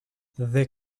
they